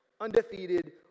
undefeated